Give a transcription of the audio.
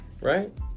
right